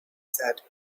said